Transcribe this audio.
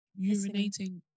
urinating